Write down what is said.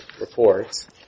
reports